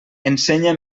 ensenya